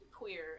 queer